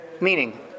meaning